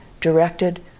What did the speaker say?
directed